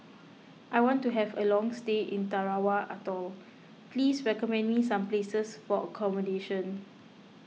I want to have a long stay in Tarawa Atoll please recommend me some places for accommodation